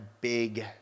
big